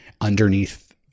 underneath